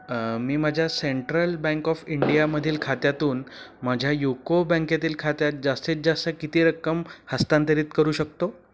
मी माझ्या central bank of इंडियामधील खात्यातून माझ्या युको बँकेतील खात्यात जास्तीत जास्त किती रक्कम हस्तांतरित करू शकतो